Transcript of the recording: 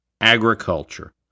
agriculture